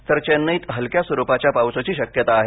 तर चेन्नईत हलक्या स्वरूपाच्या पावसाची शक्यता आहे